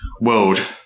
world